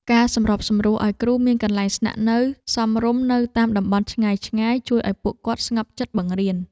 ការសម្របសម្រួលឱ្យគ្រូមានកន្លែងស្នាក់នៅសមរម្យនៅតាមតំបន់ឆ្ងាយៗជួយឱ្យពួកគាត់ស្ងប់ចិត្តបង្រៀន។